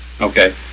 Okay